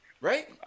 right